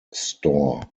store